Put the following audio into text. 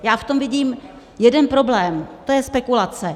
Já v tom vidím jeden problém, to je spekulace.